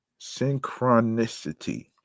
Synchronicity